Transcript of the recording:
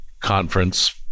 conference